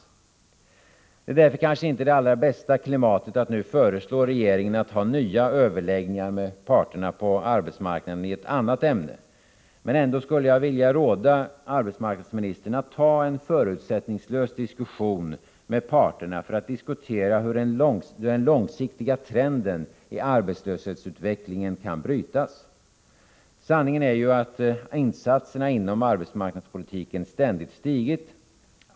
Det klimat som nu råder är kanske inte det allra bästa för att man nu skall föreslå regeringen nya överläggningar med parterna på arbetsmarknaden om ett annat ämne. Jag skulle ändå vilja råda arbetsmarknadsministern att ta initiativ till en förutsättningslös diskussion med parterna om hur den långsiktiga trenden i arbetslöshetsutvecklingen skall kunna brytas. Sanningen är ju att insatserna inom arbetsmarknadspolitiken ständigt har ökat.